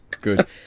good